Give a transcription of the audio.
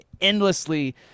endlessly